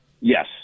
Yes